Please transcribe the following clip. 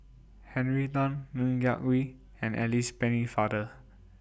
Henry Tan Ng Yak Whee and Alice Pennefather